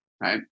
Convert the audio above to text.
right